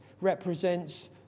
represents